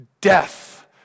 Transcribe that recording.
death